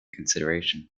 consideration